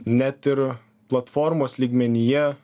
net ir platformos lygmenyje